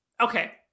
Okay